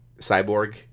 cyborg